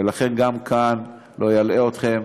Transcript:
ולכן גם כאן, לא אלאה אתכם,